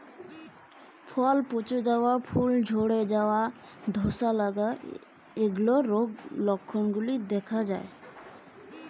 পটলের গ্যামোসিস রোগের লক্ষণগুলি কী কী?